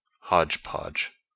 hodgepodge